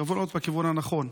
בכיוון הנכון.